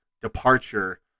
departure